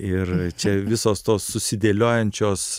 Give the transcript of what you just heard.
ir čia visos tos susidėliojančios